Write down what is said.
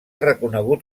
reconegut